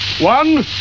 one